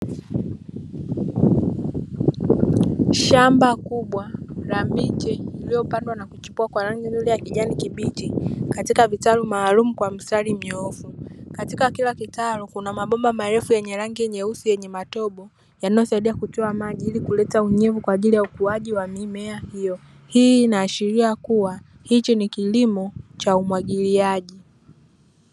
Shamba kubwa la miche iliyopandwa na kuchipua kwa rangi nzuri ya kijani kibichi, katika vitalu maalumu kwa mstari mnyoofu. Katika kila kitalu kuna maboma marefu yenye rangi nyeusi yenye matobo yanayosaidia kutoa maji, ili kuleta unyevu kwa ajili ya ukuaji wa mimea hiyo. Hii inaashiria kuwa, hichi ni kilimo cha umwagiliaji.